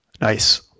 Nice